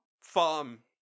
farm